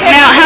Now